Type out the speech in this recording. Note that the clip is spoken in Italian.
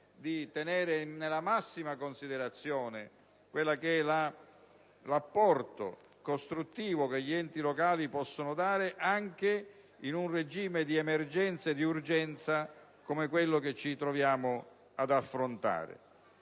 tenere nella massima considerazione l'apporto costruttivo che gli enti locali possono dare, anche in un regime di emergenza e d'urgenza come quello che ci troviamo ad affrontare.